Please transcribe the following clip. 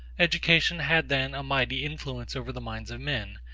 education had then a mighty influence over the minds of men,